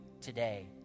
today